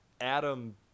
Adam